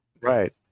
Right